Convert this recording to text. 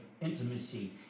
intimacy